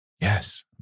Yes